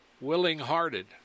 Willing-hearted